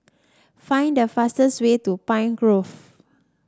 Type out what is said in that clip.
find the fastest way to Pine Grove